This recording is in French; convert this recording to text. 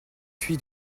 fui